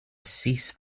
cease